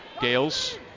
Gales